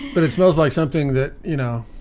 but it smells like something that, you know,